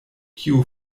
kiu